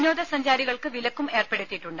വിനോദ സഞ്ചാരികൾക്ക് വിലക്കും ഏർപ്പെടുത്തിയിട്ടുണ്ട്